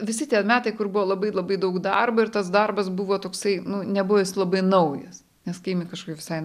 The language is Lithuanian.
visi tie metai kur buvo labai labai daug darbo ir tas darbas buvo toksai nu nebuvęs labai naujas nes kai imi kažko visai